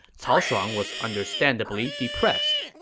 cao shuang was understandably depressed.